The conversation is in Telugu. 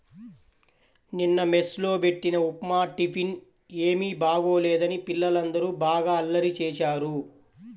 నిన్న మెస్ లో బెట్టిన ఉప్మా టిఫిన్ ఏమీ బాగోలేదని పిల్లలందరూ బాగా అల్లరి చేశారు